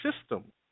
system